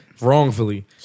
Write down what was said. wrongfully